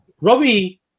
Robbie